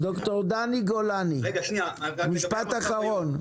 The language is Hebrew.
משפט אחרון.